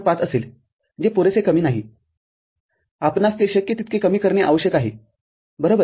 ५ असेल जे पुरेसे कमी नाही आपणास ते शक्य तितके कमी करणे आवश्यक आहे बरोबर